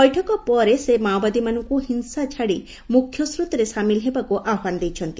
ବୈଠକପରେ ସେ ମାଓବାଦୀମାନଙ୍ଙ୍ ହିଂସାଛାଡ଼ି ମୁଖ୍ୟସ୍ରୋତରେ ସାମିଲ ହେବାକୁ ଆହ୍ବାନ ଦେଇଛନ୍ତି